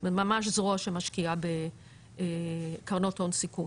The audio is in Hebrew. ממש זרוע שמשקיעה בקרנות הון סיכון.